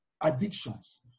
Addictions